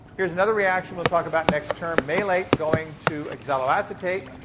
here's another reaction we'll talk about next term, malate going to oxaloacetate.